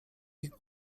ich